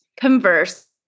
converse